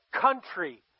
country